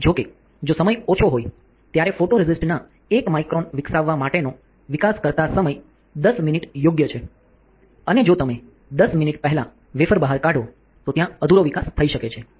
જો કે જો સમય ઓછો હોય ત્યારે ફોટોરેસિસ્ટના 1 માઇક્રોન વિકસાવવા માટેનો વિકાસકર્તા સમય 10 મિનિટ યોગ્ય છે અને જો તમે 10 મિનિટ પહેલાં વેફર બહાર કાઢો તો ત્યાં અધૂરો વિકાસ થઈ શકે છે